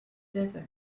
desert